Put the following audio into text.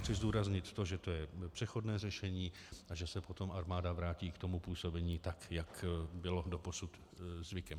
Chci zdůraznit, že to je přechodné řešení a že se potom armáda vrátí k působení, jak bylo doposud zvykem.